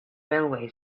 railway